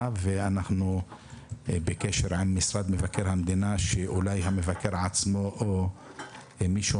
ואנחנו בקשר עם משרד מבקר המדינה שאולי המבקר בעצמו או מישהו